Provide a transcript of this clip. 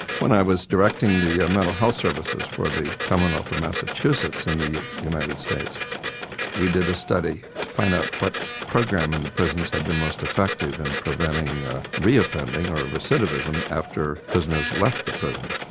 when i was directing the ah mental health services for the commonwealth of massachusetts in the united states we did a study to find out what program in the prisons had been most effective in and preventing re-offending or recidivism after prisoners left the prison.